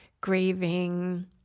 grieving